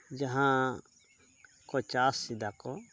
ᱡᱟᱦᱟᱸ ᱠᱚ ᱪᱟᱥ ᱮᱫᱟᱠᱚ